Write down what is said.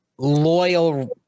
loyal